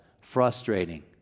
frustrating